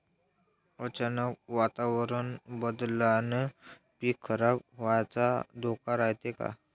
अचानक वातावरण बदलल्यानं पीक खराब व्हाचा धोका रायते का?